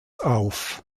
auf